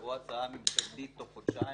ותבוא הצעה ממשלתית תוך חודשיים.